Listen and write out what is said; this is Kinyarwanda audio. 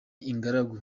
ingaragu